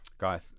guy